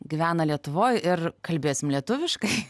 gyvena lietuvoj ir kalbėsim lietuviškai